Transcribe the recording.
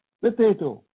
Potato